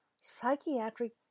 psychiatric